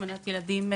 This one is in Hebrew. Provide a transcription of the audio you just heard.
השמנת ילדים,